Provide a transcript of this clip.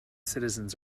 citizens